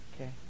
Okay